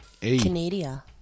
Canada